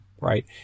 right